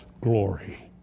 glory